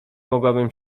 mogłabym